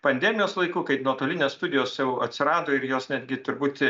pandemijos laiku kai nuotolinės studijos atsirado ir jos netgi turbūt